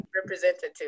representative